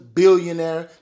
billionaire